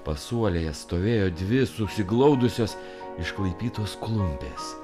pasuolėje stovėjo dvi susiglaudusios išklaipytos klumpės